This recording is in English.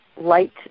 light